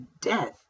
death